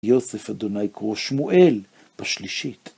יוסף אדוני קרא "שמואל", בשלישית.